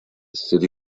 city